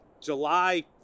July